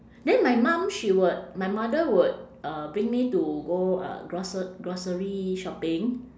then my mum she would my mother would uh bring me to go uh groce~ grocery shopping